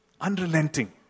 Unrelenting